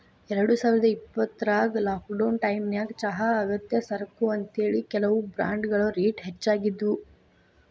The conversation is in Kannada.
ಎರಡುಸಾವಿರದ ಇಪ್ಪತ್ರಾಗ ಲಾಕ್ಡೌನ್ ಟೈಮಿನ್ಯಾಗ ಚಹಾ ಅಗತ್ಯ ಸರಕು ಅಂತೇಳಿ, ಕೆಲವು ಬ್ರಾಂಡ್ಗಳ ರೇಟ್ ಹೆಚ್ಚಾಗಿದ್ವು